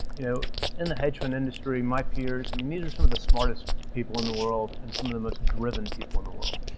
you know in the hedge fund industry, my peers, and these are some of the smartest people in the world and some of the most driven people in the world,